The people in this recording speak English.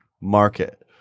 market